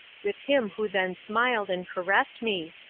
with him who then smiled and caressed me,